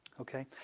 Okay